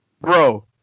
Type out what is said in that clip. Bro